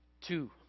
Two